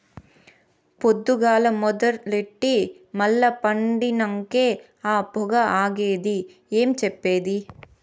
పొద్దుగాల మొదలెట్టి మల్ల పండినంకే ఆ పొగ ఆగేది ఏం చెప్పేది